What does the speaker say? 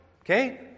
Okay